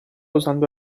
usando